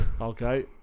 Okay